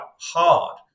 hard